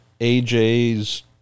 AJ's